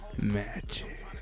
Magic